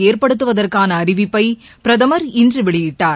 ஏற்படுத்துவதற்கான அறிவிப்பை பிரதமர் இன்று வெளியிட்டார்